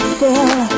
feel